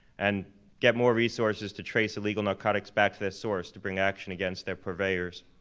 and get more resources to trace illegal narcotics back to their source to bring action against their purveyors.